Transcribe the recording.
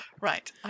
Right